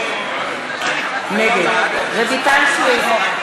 נגד רויטל סויד,